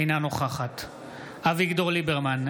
אינה נוכחת אביגדור ליברמן,